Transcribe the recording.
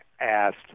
asked